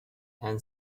and